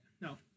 No